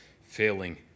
failing